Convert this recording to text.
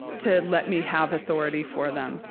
to let me have authority for them.